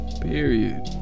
Period